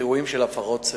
באירועים של הפרות סדר.